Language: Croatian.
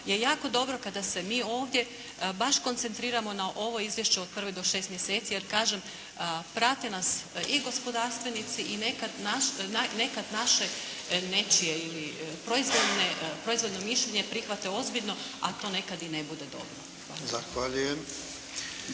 je jako dobro kada se mi ovdje baš koncentriramo na ovo izvješće od prve do šest mjeseci. Jer kažem, prate nas i gospodarstvenici i nekad naše nečije ili proizvoljno mišljenje prihvate ozbiljno, a to nekad i ne bude dobro.